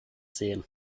sehen